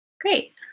Great